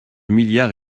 milliard